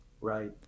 Right